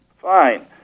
Fine